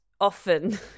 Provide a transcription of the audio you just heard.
often